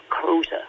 closer